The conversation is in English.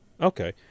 Okay